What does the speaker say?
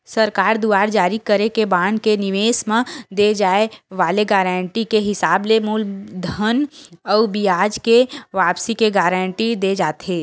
सरकार दुवार जारी करे के बांड के निवेस म दे जाय वाले गारंटी के हिसाब ले मूलधन अउ बियाज के वापसी के गांरटी देय जाथे